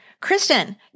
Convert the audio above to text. Kristen